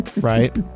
Right